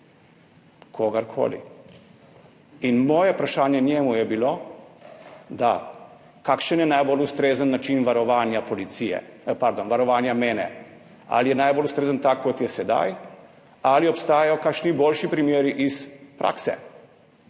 kogarkoli. In moje vprašanje njemu je bilo, kakšen je najbolj ustrezen način varovanja mene, ali je najbolj ustrezen tak, kot je sedaj, ali obstajajo kakšni boljši primeri iz prakse,